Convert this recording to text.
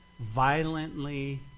violently